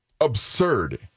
absurd